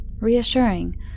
reassuring